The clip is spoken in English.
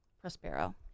Prospero